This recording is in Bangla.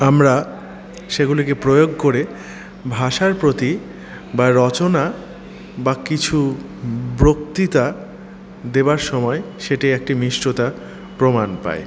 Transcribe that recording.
আমরা সেগুলিকে প্রয়োগ করে ভাষার প্রতি বা রচনা বা কিছু বক্তৃতা দেওয়ার সময় সেটি একটি মিষ্টতার প্রমান পায়